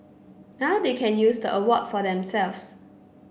now they can use the award for themselves